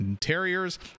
Terriers